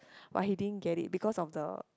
but he didn't get it because of the